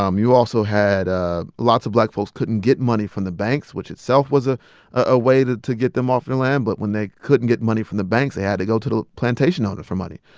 um you also had ah lots of black folks couldn't get money from the banks, which itself was a ah way to to get them off their land. but when they couldn't get money from the banks, they had to go to the plantation owner for money.